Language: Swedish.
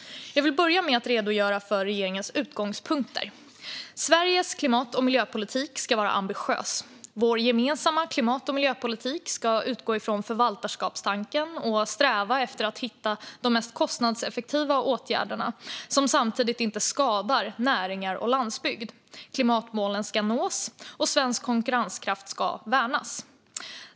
Jag vill börja med att redogöra för regeringens utgångspunkter. Sveriges klimat och miljöpolitik ska vara ambitiös. Vår gemensamma klimat och miljöpolitik ska utgå från förvaltarskapstanken och sträva efter att hitta de mest kostnadseffektiva åtgärderna, som samtidigt inte skadar näringar och landsbygd. Klimatmålen ska nås, och svensk konkurrenskraft ska värnas.